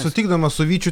sutikdamas su vyčiu